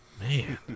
Man